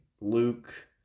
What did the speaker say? Luke